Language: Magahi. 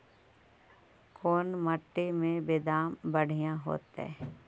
कोन मट्टी में बेदाम बढ़िया होतै?